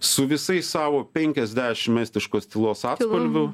su visais savo penkiasdešim estiškos tylos atspalvių